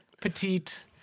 petite